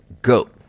Go